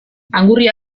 angurria